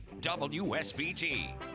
WSBT